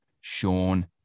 Sean